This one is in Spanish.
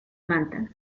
manta